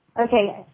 Okay